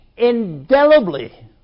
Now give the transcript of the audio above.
indelibly